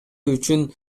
үчүн